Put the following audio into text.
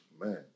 Man